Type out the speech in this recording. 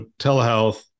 telehealth